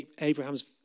Abraham's